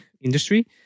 industry